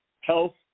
Health